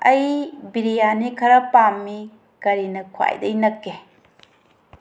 ꯑꯩ ꯕ꯭ꯔꯤꯌꯥꯅꯤ ꯈꯔ ꯄꯥꯝꯃꯤ ꯀꯔꯤꯅ ꯈ꯭ꯋꯥꯏꯗꯒꯤ ꯅꯛꯀꯦ